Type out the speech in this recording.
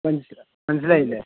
മനസ്സിലായില്ലേ